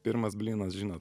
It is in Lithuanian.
pirmas blynas žinot